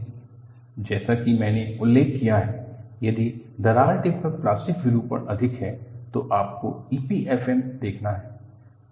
based on plastic deformation जैसा कि मैंने उल्लेख किया है यदि दरार टिप पर प्लास्टिक विरूपण अधिक है तो आपको EPFM देखना है